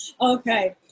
Okay